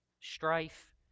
strife